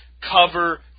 cover